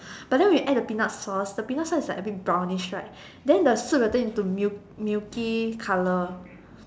but then when you add the peanut space the peanut sauce is like a bit brownish right then the soup will turn into milk milky colour